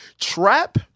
Trap